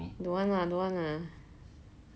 don't want lah don't want lah